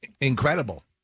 incredible